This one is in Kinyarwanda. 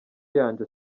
yanjye